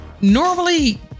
normally